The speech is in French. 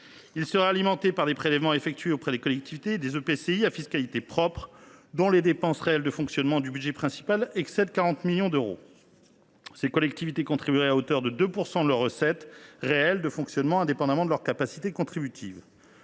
ci sera alimenté par des prélèvements effectués auprès des collectivités et des établissements publics de coopération intercommunale (EPCI) à fiscalité propre dont les dépenses réelles de fonctionnement du budget principal excèdent 40 millions d’euros. Ces collectivités contribueraient à hauteur de 2 % de leurs recettes réelles de fonctionnement, indépendamment de leurs capacités contributives.